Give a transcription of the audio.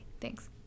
thanks